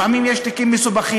לפעמים יש תיקים מסובכים,